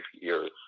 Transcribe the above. years